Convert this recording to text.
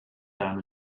down